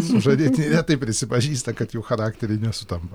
sužadėtiniai retai prisipažįsta kad jų charakteriai nesutampa